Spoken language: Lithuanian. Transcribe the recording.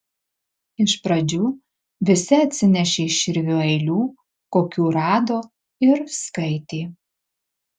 iš pradžių visi atsinešė širvio eilių kokių rado ir skaitė